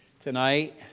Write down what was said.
tonight